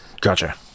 gotcha